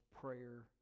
Prayer